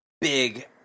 big